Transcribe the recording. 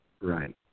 right